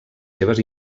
seves